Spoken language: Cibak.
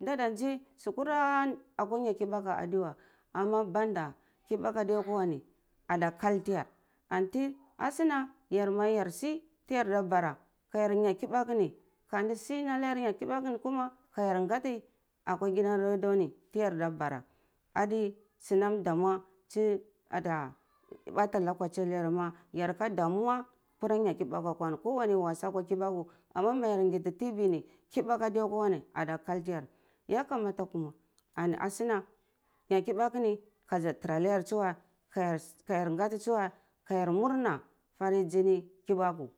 nada zai sukura akwa nyar kibaku adewa ama banda kibaku adeya kwa ni weh ada kal tiyar anti asuna yar ma yar sui tiyarda bara ka nyar kibaku ni kani si nanayar nyar kibaku ni kuma ka yar ngati akwa gidan radio ni anti yar da bara adeh sunan damu ti adeh batah lokachi anayar weh yar ka damuwa kwura nar kibaku akwa ni kwani kowani wasa akwa kibaku ama ma ya ngiti tiri ni kibaku adiya kwa ni weh ada kal tiyar ya kama kuma ani asuna nar kibaku ni kaza tara narya tsuweh ka, ka yar nga tsuweh ka yar murna farin jinin kibaku.